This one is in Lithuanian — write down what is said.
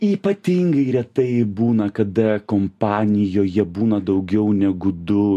ypatingai retai būna kada kompanijoje būna daugiau negu du